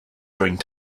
during